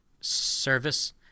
service